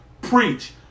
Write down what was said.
Preach